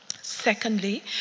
Secondly